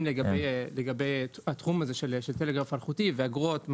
לגבי מהו תחום הטלגרף האלחוטי והאגרות.